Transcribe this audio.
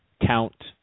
count